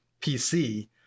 PC